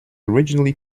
originally